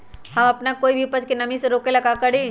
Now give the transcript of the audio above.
हम अपना कोई भी उपज के नमी से रोके के ले का करी?